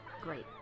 great